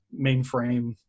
mainframe